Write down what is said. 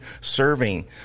serving